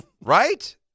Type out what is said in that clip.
Right